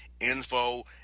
info